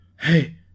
Hey